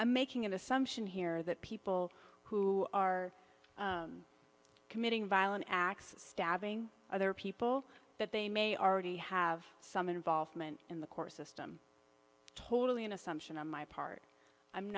i'm making an assumption here that people who are committing violent acts stabbing other people that they may already have some involvement in the coarsest i'm totally an assumption on my part i'm